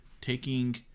taking